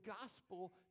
gospel